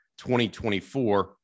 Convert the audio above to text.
2024